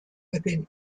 within